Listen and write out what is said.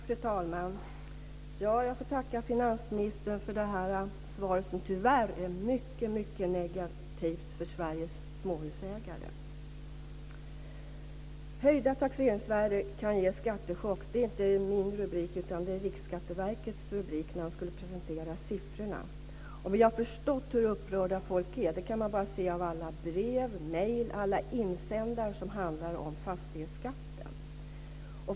Fru talman! Jag får tacka finansministern för svaret som tyvärr är mycket negativt för Sveriges småhusägare. Höjda taxeringsvärden kan ge en skattechock. Det är inte min rubrik utan det är Riksskatteverkets rubrik när man skulle presentera siffrorna. Vi har förstått hur upprörda folk är. Det kan man se av alla brev och mejl, av alla insändare som handlar om fastighetsskatten.